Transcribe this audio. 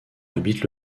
habite